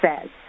says